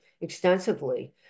extensively